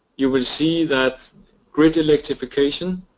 you will see that grid electrification,